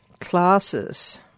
classes